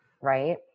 Right